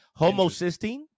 Homocysteine